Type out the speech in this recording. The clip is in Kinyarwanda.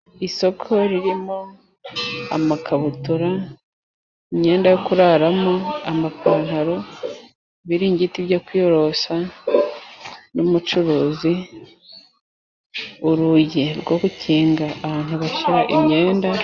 Isoko ririmo amakabutura, imyenda yo kuraramo, amapantaro, ibiringiti byo kwiyorosa n'umucuruzi, urugi rwo gukinga ahantu bashyira imyenda.